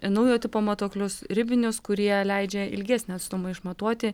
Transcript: naujo tipo matuoklius ribinius kurie leidžia ilgesnį atstumą išmatuoti